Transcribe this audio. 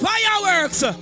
Fireworks